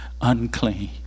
unclean